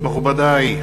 מכובדי,